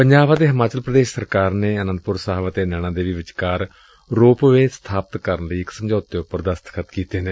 ਪੰਜਾਬ ਅਤੇ ਹਿਮਾਚਲ ਪੁਦੇਸ਼ ਸਰਕਾਰ ਨੇ ਆਨੰਦਪੁਰ ਸਾਹਿਬ ਅਤੇ ਨੈਣਾ ਦੇਵੀ ਵਿਚਕਾਰ ਰੋਪਵੇਅ ਸਥਾਪਤ ਕਰਨ ਲਈ ਇਕ ਸਮਝੌਤੇ ਉਪਰ ਦਸਤਖ਼ਤ ਕੀਤੇ ਨੇ